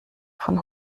von